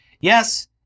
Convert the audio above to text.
Yes